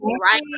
right